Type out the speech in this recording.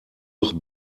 noch